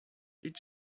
did